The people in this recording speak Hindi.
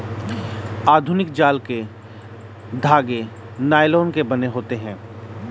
आधुनिक जाल के धागे नायलोन के बने होते हैं